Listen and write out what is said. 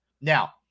Now